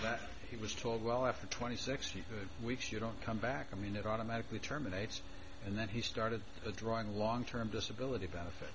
that he was told well after twenty six you weeks you don't come back i mean it automatically terminates and then he started drawing a long term disability benefit